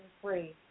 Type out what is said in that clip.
free